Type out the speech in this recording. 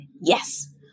Yes